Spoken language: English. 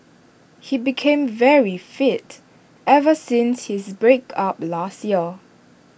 he became very fit ever since his break up last year